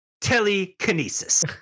telekinesis